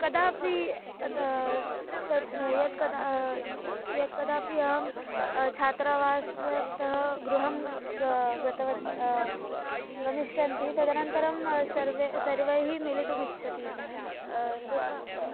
कदापि अत तत् यत् कदा यत् कदापि अहं छात्रावासतः गृहं ग गतवती गमिष्यन्ति तदनन्तरं सर्वे सर्वैः मिलितुम् इच्छति तत् त